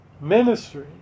ministry